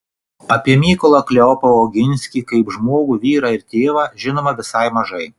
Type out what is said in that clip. apie mykolą kleopą oginskį kaip žmogų vyrą ir tėvą žinoma visai mažai